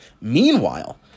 Meanwhile